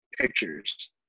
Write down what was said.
pictures